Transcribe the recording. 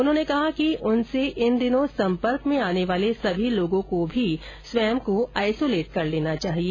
उन्होंने कहा कि उनसे इन दिनों संपर्क में आने वाले सभी लोगों को भी स्वयं को आइसोलेट कर लेना चाहिए